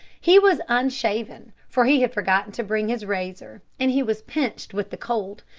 he was unshaven for he had forgotten to bring his razor and he was pinched with the cold.